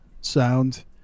sound